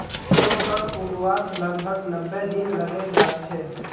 सौंफक उगवात लगभग नब्बे दिन लगे जाच्छे